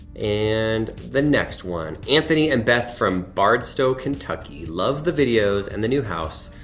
and the next one, anthony and beth from bardstown, kentucky, love the videos and the new house.